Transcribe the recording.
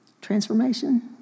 transformation